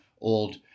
old